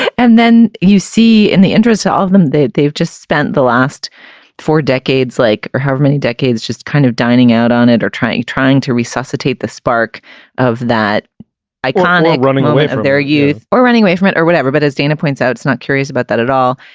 and then you see in the interests of ah all of them they've they've just spent the last four decades like or have many decades just kind of dining out on it or training trying to resuscitate the spark of that iconic running away from their youth or running away from it or whatever but as dana points out it's not curious about that at all.